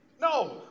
No